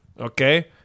Okay